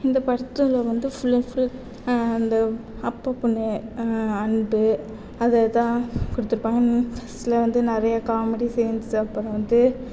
இந்த படத்தில் வந்து ஃபுல் அண்ட் ஃபுல் அந்த அப்பா பொண்ணு அன்பு அதைதான் கொடுத்துருப்பாங்க ஃபஸ்ட்டில் வந்து நிறைய காமெடி சீன்ஸ் அப்புறம் வந்து